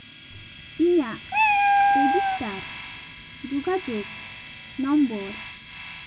ᱤᱧᱟᱹᱜ ᱨᱮᱡᱤᱥᱴᱟᱨ ᱡᱳᱜᱟᱡᱳᱜᱽ ᱱᱚᱢᱵᱚᱨ